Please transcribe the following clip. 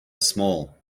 small